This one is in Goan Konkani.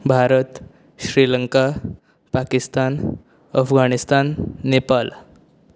भारत श्रिलंका पाकिस्तान अफगाणिस्तान नेपाल